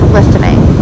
listening